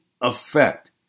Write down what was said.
effect